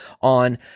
on